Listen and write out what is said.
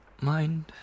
mind